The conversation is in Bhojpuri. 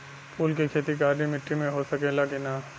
फूल के खेती काली माटी में हो सकेला की ना?